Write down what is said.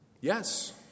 Yes